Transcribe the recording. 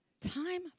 Time